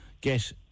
get